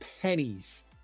pennies